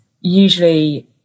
usually